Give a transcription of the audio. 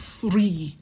free